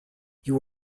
you